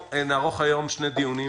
נערוך היום שני דיונים